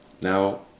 now